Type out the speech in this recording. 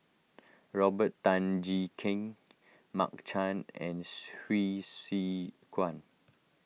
Robert Tan Jee Keng Mark Chan and Hsu Tse Kwang